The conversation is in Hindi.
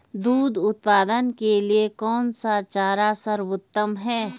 दूध उत्पादन के लिए कौन सा चारा सर्वोत्तम है?